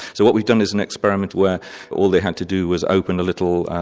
so what we've done is an experiment where all they had to do was open a little